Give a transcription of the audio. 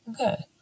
Okay